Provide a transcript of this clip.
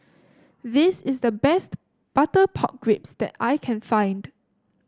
this is the best Butter Pork Ribs that I can find